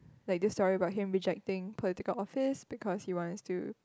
like the story about him rejecting political office because he wants to